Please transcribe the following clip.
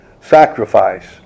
sacrifice